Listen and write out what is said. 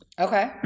Okay